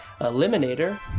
Eliminator